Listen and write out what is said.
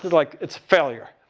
like it's failure.